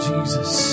Jesus